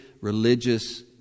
religious